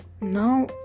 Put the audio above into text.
now